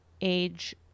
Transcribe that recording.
age